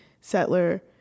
settler